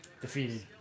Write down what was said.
defeated